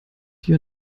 die